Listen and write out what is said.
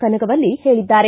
ಕನಗವಲ್ಲಿ ಹೇಳದ್ದಾರೆ